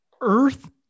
Earth